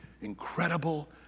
incredible